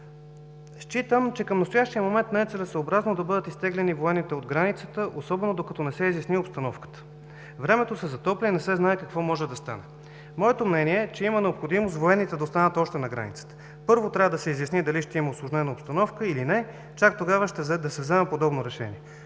„Считам, че към настоящия момент не е целесъобразно да бъдат изтеглени военните от границата, особено докато не се изясни обстановката. Времето се затопля и не се знае какво може да стане. Моето мнение е, че има необходимост военните да останат още на границата. Първо, трябва да се изясни дали ще има усложнена обстановка, или не, чак тогава да се взема подобно решение.“